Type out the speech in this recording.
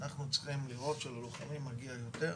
אנחנו צריכים לוודא שללוחמים מגיע יותר,